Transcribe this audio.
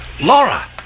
Laura